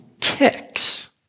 kicks